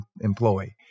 employee